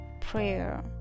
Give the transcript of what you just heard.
Prayer